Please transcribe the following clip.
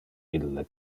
ille